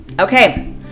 Okay